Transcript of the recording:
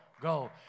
Go